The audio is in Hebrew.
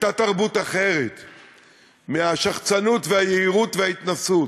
הייתה תרבות אחרת מהשחצנות והיהירות וההתנשאות.